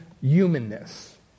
humanness